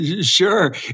Sure